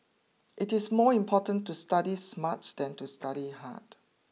it is more important to study smart than to study hard